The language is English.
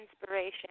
inspiration